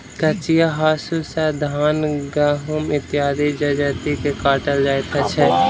कचिया हाँसू सॅ धान, गहुम इत्यादि जजति के काटल जाइत छै